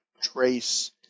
trace